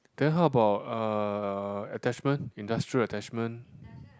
then how about uh attachment industrial attachment